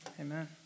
Amen